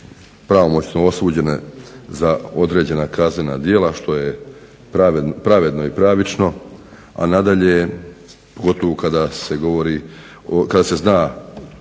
pravomoćno osuđene za određena kaznena djela što je pravedno i pravično, a nadalje pogotovo kada se zna